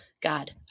God